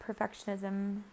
perfectionism